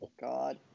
God